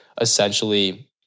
essentially